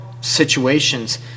Situations